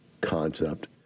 concept